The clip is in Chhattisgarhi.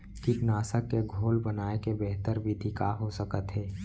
कीटनाशक के घोल बनाए के बेहतर विधि का हो सकत हे?